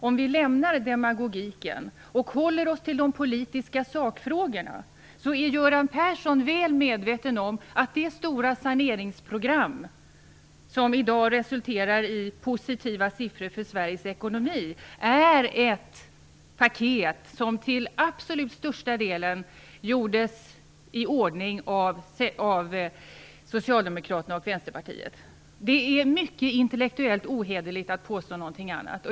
Om vi lämnar demagogin och håller oss till de politiska sakfrågorna, så är Göran Persson väl medveten om att det stora saneringsprogram som i dag resulterar i positiva siffror för Sveriges ekonomi är ett paket som till absolut största delen gjordes i ordning av Socialdemokraterna och Vänsterpartiet. Det är mycket intellektuellt ohederligt att påstå någonting annat.